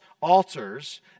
altars